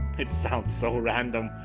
it sounds so random.